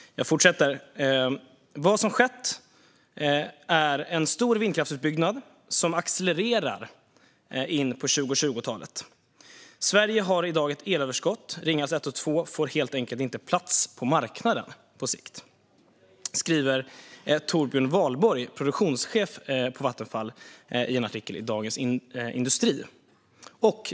"Vad som . skett är en stor vindkraftsutbyggnad som accelererar in på 2020-talet. Sverige har i dag ett elöverskott, Ringhals 1 och 2 får helt enkelt inte plats på marknaden på sikt." Det skriver Torbjörn Wahlborg, produktionschef på Vattenfall, i en artikel i Dagens industri.